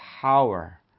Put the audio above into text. power